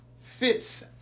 fits